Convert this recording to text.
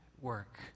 work